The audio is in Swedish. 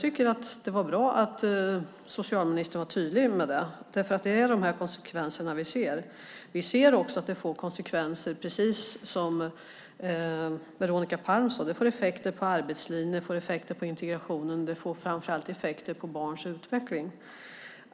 Det var bra att socialministern var tydlig med det. Vi ser att det också, som Veronica Palm sade, får effekter på arbetslivet, på integrationen och framför allt på barns utveckling.